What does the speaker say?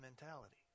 Mentality